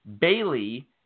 Bailey